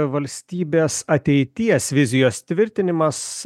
valstybės ateities vizijos tvirtinimas